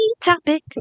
Topic